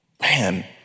Man